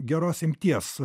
geros imties